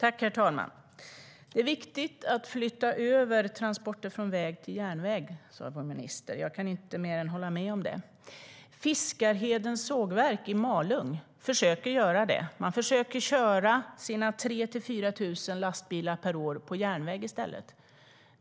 Herr talman! Det är viktigt att flytta över transporter från väg till järnväg, sa vår minister. Jag kan inte annat än hålla med om det. Fiskarhedens sågverk i Malung försöker göra det. Man försöker köra sina 3 000-4 000 lastbilar per år på järnväg i stället.